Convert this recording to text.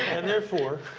and therefore,